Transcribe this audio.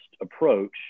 approach